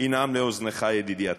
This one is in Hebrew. ינעם לאוזניך, ידידי הטוב.